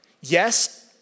Yes